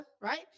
right